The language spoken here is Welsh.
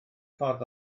ffordd